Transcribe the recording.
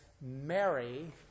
Mary